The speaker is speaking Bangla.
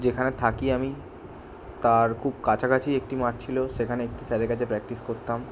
যেখানে থাকি আমি তার খুব কাছাকাছি একটি মাঠ ছিল সেখানে একটি স্যারের কাছে প্র্যাকটিস করতাম